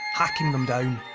hacking them down.